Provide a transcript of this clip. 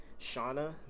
Shauna